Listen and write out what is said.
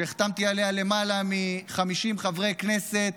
שהחתמתי עליה למעלה מ-50 חברי כנסת,